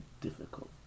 difficult